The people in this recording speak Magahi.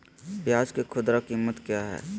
प्याज के खुदरा कीमत क्या है?